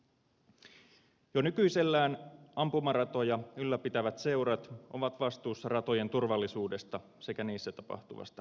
jo nykyisellään ampumaratoja ylläpitävät seurat ovat vastuussa ratojen turvallisuudesta sekä niissä tapahtuvasta toiminnasta